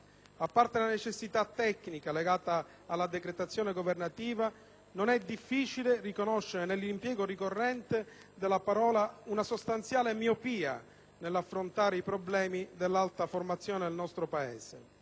A parte la necessità tecnica legata alla decretazione governativa, non è difficile riconoscere nell'impiego ricorrente della parola una sostanziale miopia nell'affrontare i problemi dell'alta formazione nel nostro Paese.